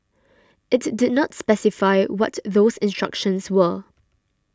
it did not specify what those instructions were